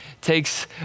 takes